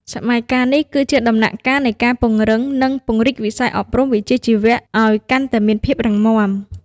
សម័យកាលនេះគឺជាដំណាក់កាលនៃការពង្រឹង និងពង្រីកវិស័យអប់រំវិជ្ជាជីវៈឱ្យកាន់តែមានភាពរឹងមាំ។